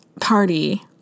party